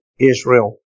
Israel